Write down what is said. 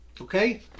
Okay